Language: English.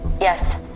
Yes